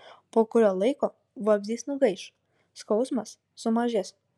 po kurio laiko vabzdys nugaiš skausmas sumažės